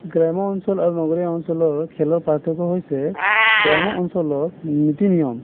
গ্ৰাম্য অঞ্চল আৰু নগৰীয়া অঞ্চলৰ খেলৰ পাৰ্থক্য হৈছে গ্ৰাম্য অঞ্চলত নীতি নিয়ম